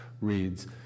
reads